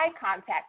contact